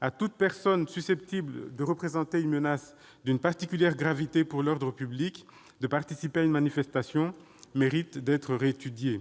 à toute personne susceptible de représenter une menace d'une particulière gravité pour l'ordre public de participer à une manifestation mérite d'être réétudiée.